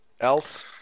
else